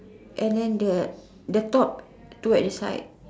and then the the top two at the side